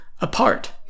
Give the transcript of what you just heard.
apart